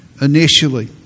initially